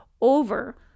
over